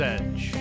Edge